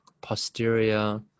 posterior